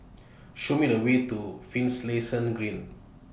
Show Me The Way to Green